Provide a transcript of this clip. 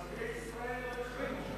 אבל ערביי ישראל לא החרימו.